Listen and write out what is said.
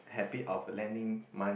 habit of lending money